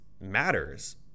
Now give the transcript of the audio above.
matters